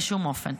בשום אופן.